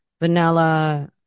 vanilla